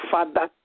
Father